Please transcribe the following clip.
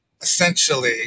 essentially